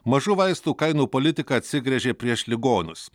mažų vaistų kainų politika atsigręžė prieš ligonius